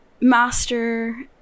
master